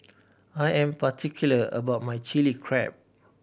I am particular about my Chili Crab